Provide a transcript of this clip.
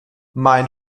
mein